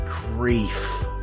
grief